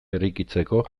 eraikitzeko